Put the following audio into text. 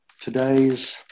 today's